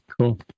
cool